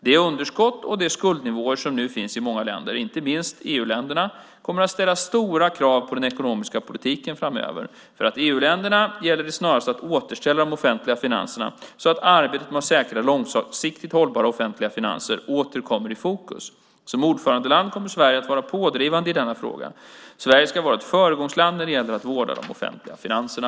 De underskott och skuldnivåer som nu finns i många länder, inte minst EU-länderna, kommer att ställa stora krav på den ekonomiska politiken framöver. För EU-länderna gäller det att snarast återställa de offentliga finanserna så att arbetet med att säkra långsiktigt hållbara offentliga finanser åter kommer i fokus. Som ordförandeland kommer Sverige att vara pådrivande i denna fråga. Sverige ska vara ett föregångsland när det gäller att vårda de offentliga finanserna.